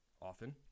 often